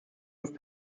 fünf